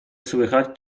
słychać